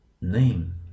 name